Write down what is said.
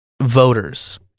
voters